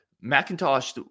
Macintosh